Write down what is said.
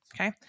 Okay